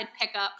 pickup